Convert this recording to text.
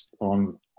on